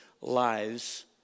lives